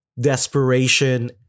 desperation